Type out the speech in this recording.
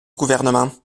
gouvernement